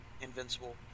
invincible